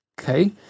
Okay